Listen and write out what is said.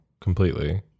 completely